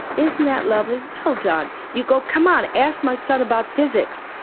isn't that lovely, well done. you go, come on ask my son about physics,